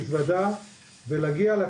אנחנו רואים את זה במאבק שלנו על הרפורמה